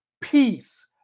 Peace